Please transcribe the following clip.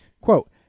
Quote